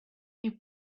you